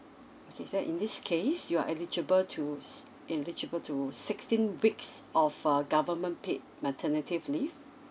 okay that in this case you are eligible to s~ eligible to sixteen weeks of uh government paid maternity leave